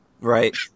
right